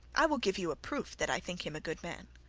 i will give you a proof that i think him a good man.